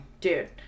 dude